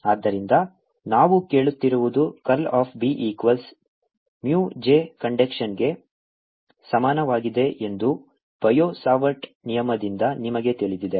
ಆದ್ದರಿಂದ ನಾವು ಕೇಳುತ್ತಿರುವುದು curl of B equals mu J ಕಾಂಡೂಕ್ಷನ್ಗೆ ಸಮಾನವಾಗಿದೆ ಎಂದು ಬಯೋ ಸಾವರ್ಟ್ ನಿಯಮದಿಂದ ನಿಮಗೆ ತಿಳಿದಿದೆ